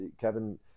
Kevin